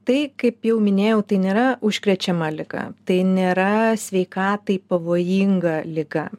tai kaip jau minėjau tai nėra užkrečiama liga tai nėra sveikatai pavojinga liga